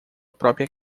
própria